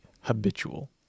habitual